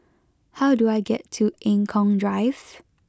how do I get to Eng Kong Drive